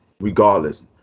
regardless